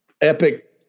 epic